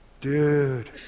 Dude